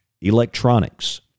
electronics